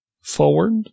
forward